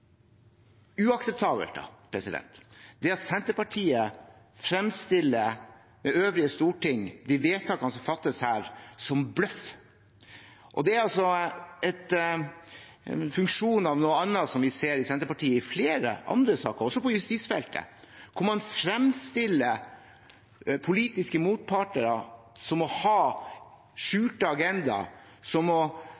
uakseptabelt, er at Senterpartiet fremstiller det øvrige storting, de vedtak som fattes her, som bløff. Og det er noe vi også ser i Senterpartiet i flere andre saker, også på justisfeltet, hvor man fremstiller politiske motparter som å ha